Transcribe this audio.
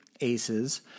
aces